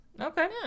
Okay